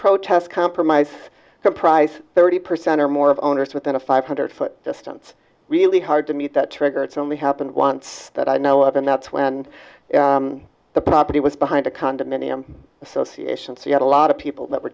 protest compromise comprise thirty percent or more of owners within a five hundred foot distance really hard to meet that trigger it's only happened once that i know of and that's when the property was behind a condominium association so you had a lot of people that were